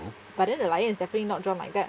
but then the lion is definitely not drawn like that